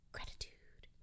Gratitude